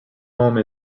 home